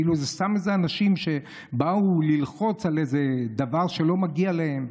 כאילו אלה סתם אנשים שבאו ללחוץ על איזה דבר שלא מגיע להם.